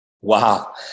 Wow